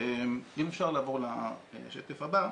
אם אפשר לעבור לשקף הבא.